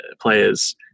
players